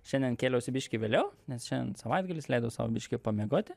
šiandien kėliausi biškį vėliau nes šiandien savaitgalis leidau sau biškį pamiegoti